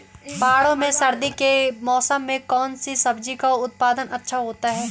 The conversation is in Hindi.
पहाड़ों में सर्दी के मौसम में कौन सी सब्जी का उत्पादन अच्छा होता है?